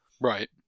right